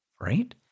right